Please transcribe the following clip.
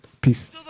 peace